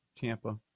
Tampa